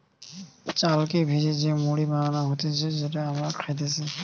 চালকে ভেজে যে মুড়ি বানানো হতিছে যেটা মোরা খাইতেছি